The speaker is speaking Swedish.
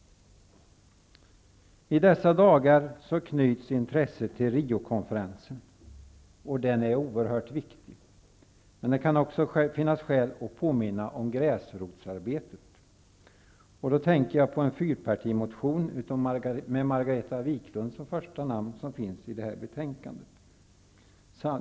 I dessa dagar knyts intresset till Riokonferensen. Den är oerhört viktig, men det kan också finnas skäl att påminna om gräsrotsarbetet. Då tänker jag på en fyrpartimotion med Margareta Wiklund som första namn som är fogad till detta betänkande.